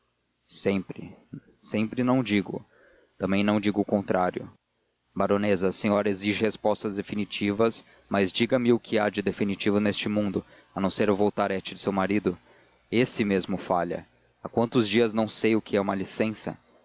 sempre isto sempre não digo também não digo o contrário baronesa a senhora exige respostas definitivas mas diga-me o que é que há definitivo neste mundo a não ser o voltarete de seu marido esse mesmo falha há quantos dias não sei o que é uma licença